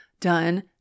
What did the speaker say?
done